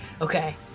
Okay